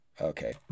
okay